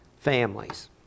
families